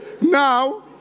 Now